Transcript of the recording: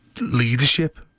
leadership